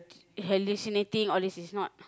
hallucinating all these is not